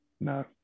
No